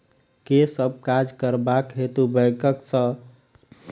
केँ सब काज करबाक हेतु बैंक सँ लोन भेटि सकैत अछि?